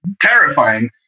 Terrifying